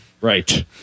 Right